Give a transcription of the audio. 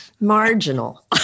Marginal